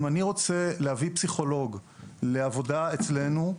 אם אני רוצה להביא פסיכולוג לעבודה אצלנו,